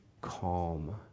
calm